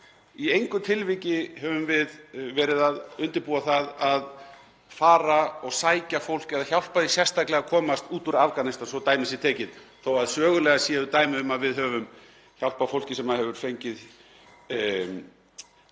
Í engu tilviki höfum við verið að undirbúa það að fara og sækja fólk eða hjálpa því sérstaklega að komast út úr Afganistan, svo dæmi sé tekið, þó að sögulega séu dæmi um að við höfum hjálpað fólki sem hefur fengið stöðu